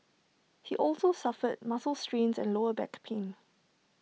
he also suffered muscle strains and lower back pain